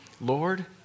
Lord